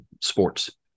sports